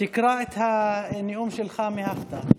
תקרא את הנאום שלך מהכתב.